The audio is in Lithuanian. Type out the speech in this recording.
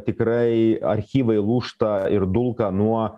tikrai archyvai lūžta ir dulka nuo